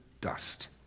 dust